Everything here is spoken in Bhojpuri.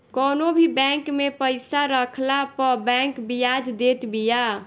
कवनो भी बैंक में पईसा रखला पअ बैंक बियाज देत बिया